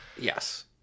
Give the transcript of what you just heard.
Yes